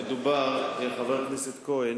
חבר הכנסת כהן,